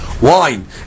wine